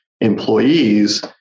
employees